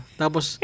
tapos